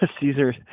Caesar